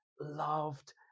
loved